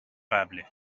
قبله